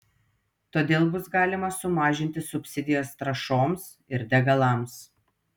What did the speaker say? todėl bus galima sumažinti subsidijas trąšoms ir degalams